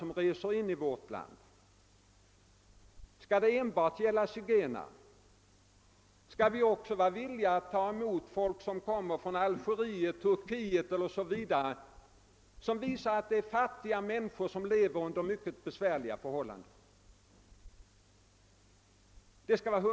Skall sådana uppehållstillstånd enbart gälla zigenare eller skall vi också vara villiga att ta emot fattiga människor från Algeriet, Turkiet o. s. v. vilka lever under mycket svåra förhållanden?